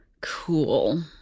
cool